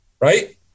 Right